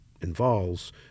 involves